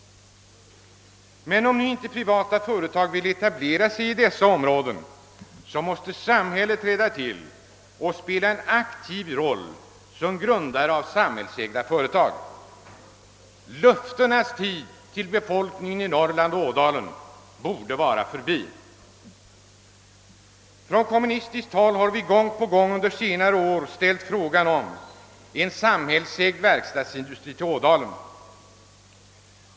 Men om nu inte privata företag vill etablera sig i dessa områden måste samhället träda till och spela en aktiv roll som grundare av samhällsägda företag. Löftenas tid borde vara förbi när det gäller befolkningen i Ådalen och det övriga Norrland. Från kommunistiskt håll har vi gång på gång under senare år rest frågan om en samhällsägd verkstadsindustri i Ådalen.